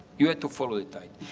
you have to follow the tide.